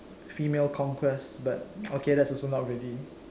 female conquest but okay that's also not ready